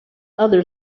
other